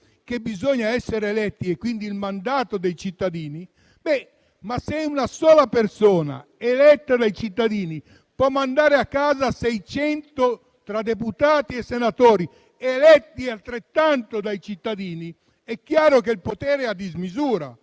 che bisogna essere eletti, quindi con il mandato dei cittadini, se una sola persona eletta dai cittadini può mandare a casa 600 tra deputati e senatori altrettanto eletti dai cittadini, è chiaro che è un potere a dismisura,